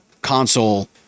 console